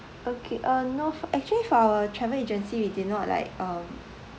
okay uh no actually for our travel agency we did not like um